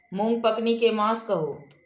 मूँग पकनी के मास कहू?